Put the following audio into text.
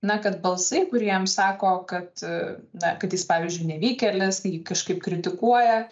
na kad balsai kurie jam sako kad na kad jis pavyzdžiui nevykėlis kažkaip kritikuoja